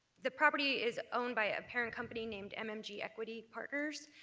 the property is owned by a parent company named mmg equity partners,